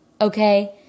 okay